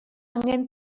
angen